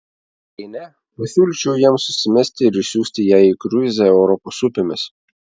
jei ne pasiūlyčiau jiems susimesti ir išsiųsti ją į kruizą europos upėmis